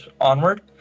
onward